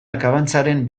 akabantzaren